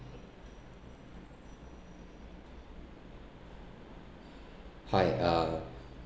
hi uh